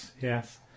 Yes